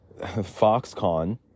foxconn